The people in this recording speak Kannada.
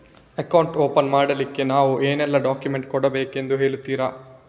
ಅಕೌಂಟ್ ಓಪನ್ ಮಾಡ್ಲಿಕ್ಕೆ ನಾವು ಏನೆಲ್ಲ ಡಾಕ್ಯುಮೆಂಟ್ ಕೊಡಬೇಕೆಂದು ಹೇಳ್ತಿರಾ?